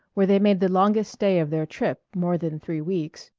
where they made the longest stay of their trip, more than three weeks,